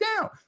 down